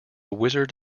wizard